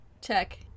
check